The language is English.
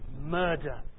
murder